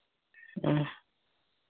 ᱦᱮᱸ